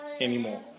anymore